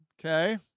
okay